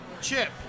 Chip